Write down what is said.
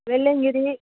Velliangiri